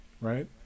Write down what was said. Right